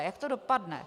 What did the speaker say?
Jak to dopadne?